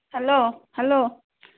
hello hello